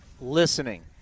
listening